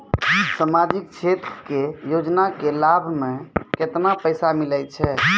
समाजिक क्षेत्र के योजना के लाभ मे केतना पैसा मिलै छै?